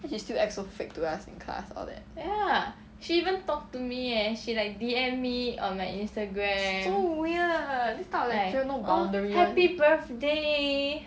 then she still act so fake to us in class all that so weird this type of lecturer no boundary [one]